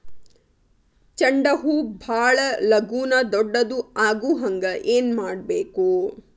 ಚಂಡ ಹೂ ಭಾಳ ಲಗೂನ ದೊಡ್ಡದು ಆಗುಹಂಗ್ ಏನ್ ಮಾಡ್ಬೇಕು?